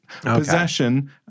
Possession